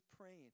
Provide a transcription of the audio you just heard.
praying